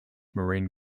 marine